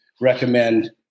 recommend